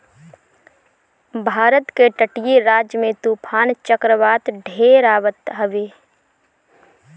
भारत के तटीय राज्य में तूफ़ान चक्रवात ढेर आवत हवे